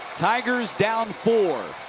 tigers down four.